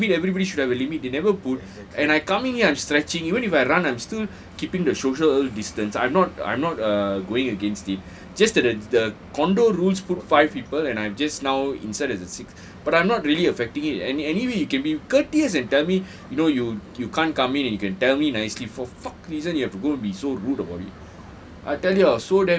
you should have a limit everybody should have a limit they never put and I come in here I'm stretching even if I run I'm still keeping the social distance I'm not I'm not err going against it just that the the condo rules put five people and I've just now inside as the six but I'm not really affecting it any~ anyway you can be courteous and tell me you know you you can't come in and you can tell me nicely for fuck reason you have to go and be so rude about it